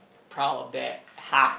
proud of that ha